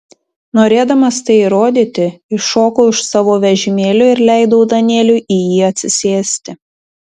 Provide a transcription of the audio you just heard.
norėdamas tai įrodyti iššokau iš savo vežimėlio ir leidau danieliui į jį atsisėsti